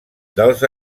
dels